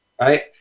right